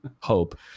hope